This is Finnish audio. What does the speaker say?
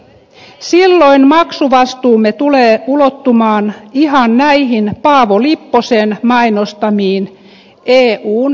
silloin maksuvastuumme tulee ulottumaan ihan näihin paavo lipposen mainostamiin eun ytimiin